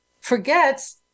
forgets